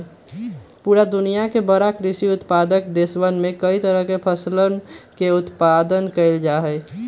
पूरा दुनिया के बड़ा कृषि उत्पादक देशवन में कई तरह के फसलवन के उत्पादन कइल जाहई